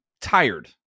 tired